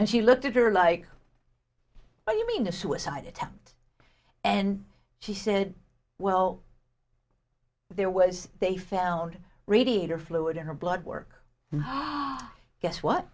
and she looked at her like oh you mean a suicide attempt and she said well there was they found radiator fluid in her blood work and guess what